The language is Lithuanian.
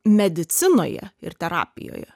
medicinoje ir terapijoje